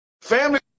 Family